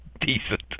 decent